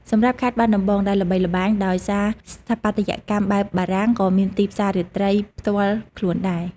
សម្រាប់ខេត្តបាត់ដំបង ដែលល្បីល្បាញដោយសារស្ថាបត្យកម្មបែបបារាំងក៏មានទីផ្សាររាត្រីផ្ទាល់ខ្លួនដែរ។